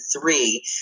three